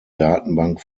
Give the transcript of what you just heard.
datenbank